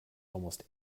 almost